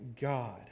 God